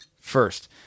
First